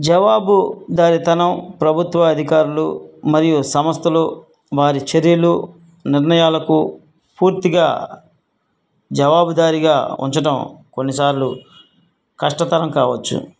జవాబుదారితనం ప్రభుత్వ అధికారులు మరియు సంస్థలు వారి చర్యలు నిర్ణయాలకు పూర్తిగా జవాబుదారిగా ఉంచటం కొన్నిసార్లు కష్టతరం కావచ్చు